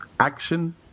action